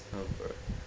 oh bruh